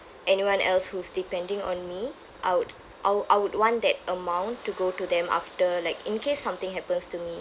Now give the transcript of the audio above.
anyone else who's depending on me I would I would I would want that amount to go to them after like in case something happens to me